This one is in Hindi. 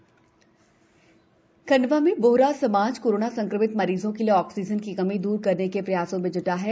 बोहरा समाज सहयोग खंडवा में बोहरा समाज कोरोना संक्रमित मरीजों के लिए आक्सीजन की कमी दूर करने के प्रयासों में जुटा है